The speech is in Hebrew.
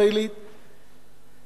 להגביר את אמון הציבור,